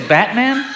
Batman